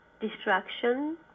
destruction